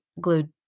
glued